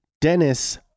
Dennis